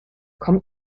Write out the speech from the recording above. komm